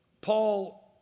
Paul